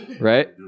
Right